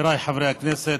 חבריי חברי הכנסת,